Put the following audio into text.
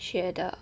学的